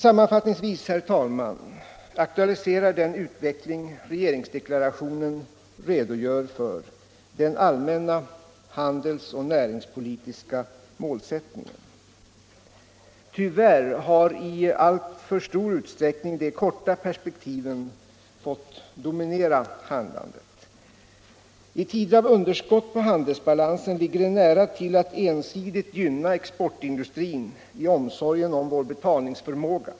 Sammanfattningsvis, herr talman, aktualiserar den utveckling som regeringsdeklarationen redogör för den allmänna handelsoch näringspolitiska målsättningen. Tyvärr har i alltför stor utsträckning de korta perspektiven fått dominera handlandet. I tider av underskott i handelsbalansen ligger det nära till hands att ensidigt gynna exportindustrin i omsorgen om vår betalningsförmåga.